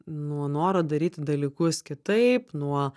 nuo noro daryti dalykus kitaip nuo